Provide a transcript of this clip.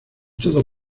todo